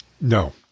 No